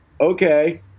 okay